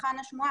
מהיכן השמועה,